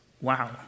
wow